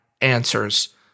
answers